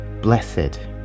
Blessed